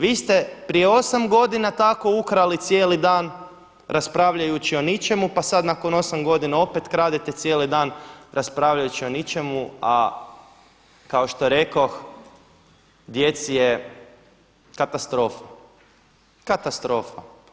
Vi ste prije 8 godina tako ukrali cijeli dan raspravljajući o ničemu, pa sad nakon 8 godina opet kradete cijeli dan raspravljajući o ničemu, a kao što rekoh djeci je katastrofa, katastrofa.